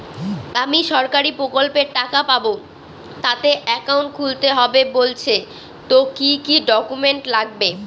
আমি সরকারি প্রকল্পের টাকা পাবো তাতে একাউন্ট খুলতে হবে বলছে তো কি কী ডকুমেন্ট লাগবে?